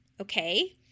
okay